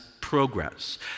progress